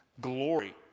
glory